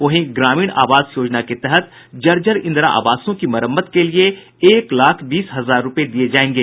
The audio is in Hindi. वहीं ग्रामीण आवास योजना के तहत जर्जर इंदिरा आवासों की मरम्मत के लिए एक लाख बीस हजार रुपए दिए जाएंगे